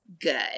good